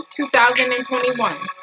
2021